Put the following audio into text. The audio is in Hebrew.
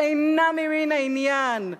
שאינם ממין העניין.